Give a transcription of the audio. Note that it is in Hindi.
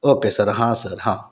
ओके सर हाँ सर हाँ